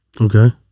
Okay